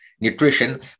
nutrition